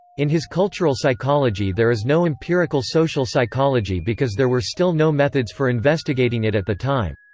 in his cultural psychology there is no empirical social psychology because there were still no methods for investigating it at the time.